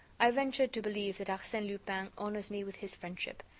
i venture to believe that arsene lupin honors me with his friendship,